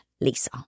Lisa